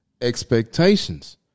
expectations